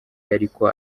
yariko